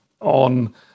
on